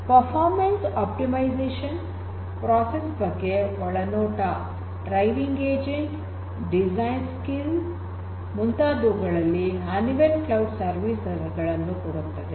performance optimisation process ಬಗ್ಗೆ ಒಳನೋಟ driving agent design skill ಮುಂತಾದುವುಗಳಲ್ಲಿ ಹನಿವೆಲ್ ಕ್ಲೌಡ್ ಸರ್ವಿಸ್ ಗಳನ್ನು ಕೊಡುತ್ತದೆ